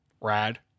Rad